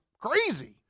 crazy